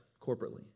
corporately